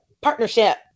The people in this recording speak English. partnership